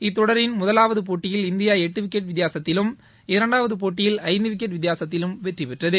இத்தொடரின் முதலாவது போட்டியில் இந்தியா எட்டு விக்கெட் வித்தியாசத்திலும் இரண்டாவது போட்டியில் ஐந்து விக்கெட் வித்தியாசத்திலும் வெற்றி பெற்றது